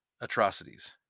atrocities